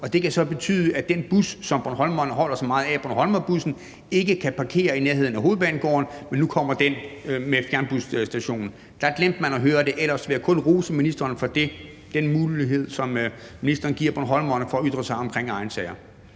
Og det kan så betyde, at den bus, som bornholmerne holder så meget af, Bornholmerbussen, ikke kan parkere i nærheden af Hovedbanegården, men skal komme til fjernbusstationen. Der glemte man at høre rådet, men ellers vil jeg kun rose ministeren for den mulighed, som ministeren giver bornholmerne for at ytre sig om egne sager.